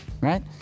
Right